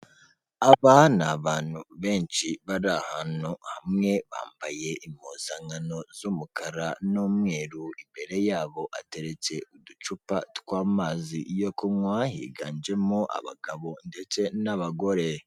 Aba ni abantu benshi bari ahantu hamwe bambaye impuzankano z'umukara n'umweru imbere yabo hateretse uducupa tw'amazi yo kunywa higanjemo abagabo ndetse n'abagore.